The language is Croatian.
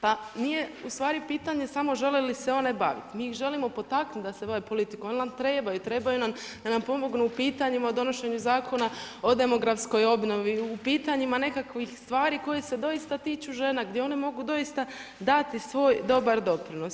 Pa nije ustvari pitanje samo žele li se one baviti, mi ih želimo potaknuti da se bave politikom jer nam trebaju, trebaju nam da nam pomognu u pitanjima u donošenju Zakona o demografskoj obnovi, u pitanjima nekakvih stvari koje se doista tiču žene, gdje one mogu doista dati svoj dobar doprinos.